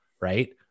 Right